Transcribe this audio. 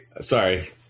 Sorry